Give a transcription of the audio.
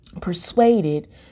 persuaded